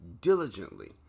diligently